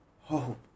hope